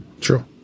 True